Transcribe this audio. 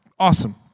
Awesome